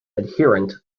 adherent